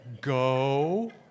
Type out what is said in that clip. Go